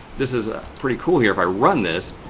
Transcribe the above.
this is ah pretty cool here. if i run this,